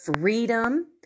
freedom